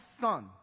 son